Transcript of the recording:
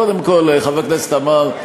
קודם כול, חבר הכנסת עמאר,